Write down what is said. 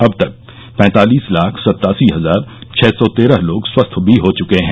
अब तक पैंतालिस लाख सत्तासी हजार छः सौ तेरह लोग स्वस्थ भी हो चुके हैं